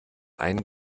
einen